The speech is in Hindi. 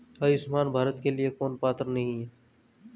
आयुष्मान भारत के लिए कौन पात्र नहीं है?